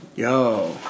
Yo